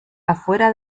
afuera